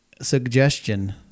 suggestion